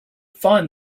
find